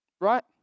Right